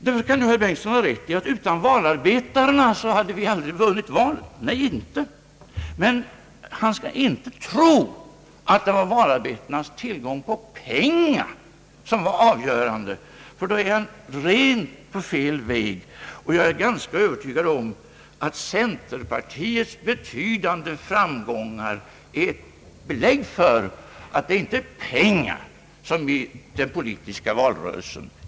Herr Bengtson kan ha rätt i att vi aldrig vunnit valet utan valarbetarna. Nej. Men han skall inte tro att det avgörande var valarbetarnas tillgång på pengar — då är han inne på alldeles fel väg. Och jag är ganska övertygad om att centerpartiets betydande framgångar är ett belägg för att pengar inte är det avgörande i den politiska valrörelsen.